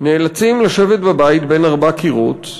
נאלצים לשבת בבית, בין ארבעה קירות,